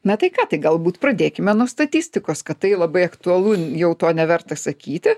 na tai ką tai galbūt pradėkime nuo statistikos kad tai labai aktualu jau to neverta sakyti